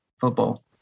football